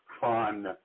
fun